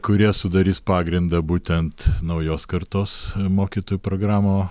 kurie sudarys pagrindą būtent naujos kartos mokytojų programų